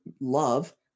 love